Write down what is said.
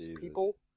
people